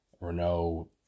Renault